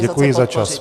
Děkuji za čas.